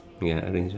ya arrange